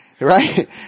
right